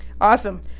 Awesome